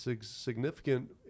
significant